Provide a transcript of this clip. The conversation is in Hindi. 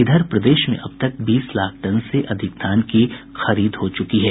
इधर प्रदेश में अब तक बीस लाख टन से अधिक धान की खरीद हो चुकी है